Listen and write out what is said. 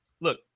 look